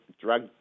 drug